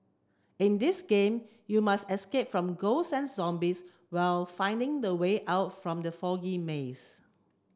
in this game you must escape from ghosts and zombies while finding the way out from the foggy maze